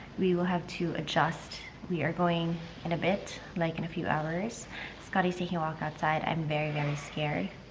we will have to adjust we are going in a bit like in a few hours scottie's taking a walk outside, i'm very very scared.